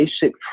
basic